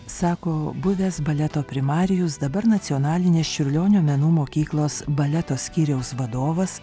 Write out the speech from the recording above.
sako buvęs baleto primarijus dabar nacionalinės čiurlionio menų mokyklos baleto skyriaus vadovas